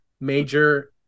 major